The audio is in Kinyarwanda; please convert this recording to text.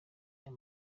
ayo